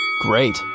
Great